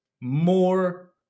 more